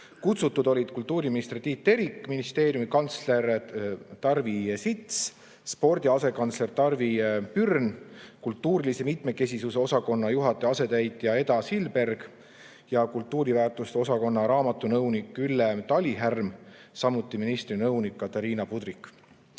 Kutsutud olid kultuuriminister Tiit Terik, ministeeriumi kantsler Tarvi Sits, spordi asekantsler Tarvi Pürn, kultuurilise mitmekesisuse osakonna juhataja asetäitja Eda Silberg ja kultuuriväärtuste osakonna raamatu[kogu]nõunik Ülle Talihärm, samuti ministri nõunik Katarina